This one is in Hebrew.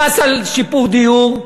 מס על שיפור דיור.